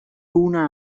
una